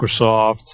Microsoft